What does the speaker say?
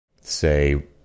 say